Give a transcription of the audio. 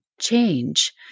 change